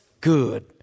good